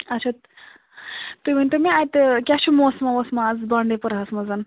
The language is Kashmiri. اچھا تُہۍ ؤنۍ تَو مےٚ اَتہِ کیٛاہ چھُ موسما ووسما اَز بانٛڈی پورہَس منٛز